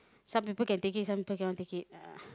some people can take it some people cannot take it